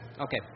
Okay